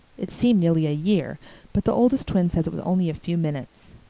it seemed nearly a year but the oldest twin says it was only a few minutes.